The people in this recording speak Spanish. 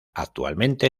actualmente